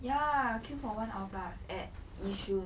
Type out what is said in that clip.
ya queue for one hour plus at yishun